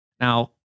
Now